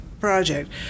project